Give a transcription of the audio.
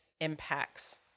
impacts